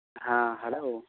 ᱦᱮᱸ ᱦᱮᱞᱳ